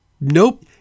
Nope